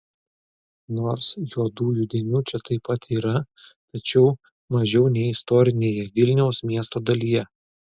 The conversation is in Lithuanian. nors juodųjų dėmių čia taip pat yra tačiau mažiau nei istorinėje vilniaus miesto dalyje